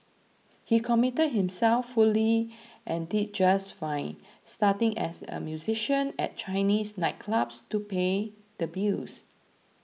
he committed himself fully and did just fine starting as a musician at Chinese nightclubs to pay the bills